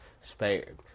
spared